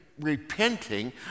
repenting